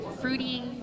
fruity